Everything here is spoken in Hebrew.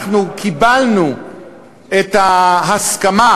קיבלנו את ההסכמה,